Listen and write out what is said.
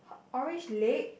orange leg